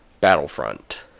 Battlefront